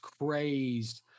crazed